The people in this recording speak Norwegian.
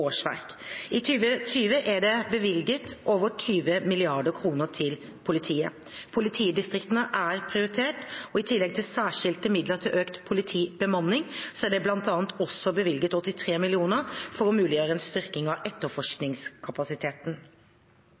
årsverk. I 2020 er det bevilget over 20 mrd. kr til politiet. Politidistriktene er prioritert. I tillegg til særskilte midler til økt politibemanning er det bl.a. også bevilget 83 mill. kr for å muliggjøre en styrking av etterforskningskapasiteten.